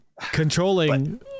controlling